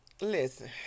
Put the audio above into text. listen